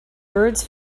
birds